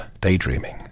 Daydreaming